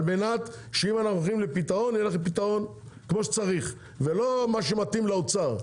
על-מנת שיהיה פתרון כמו שצריך ולא כמו שמתאים לאוצר.